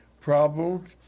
problems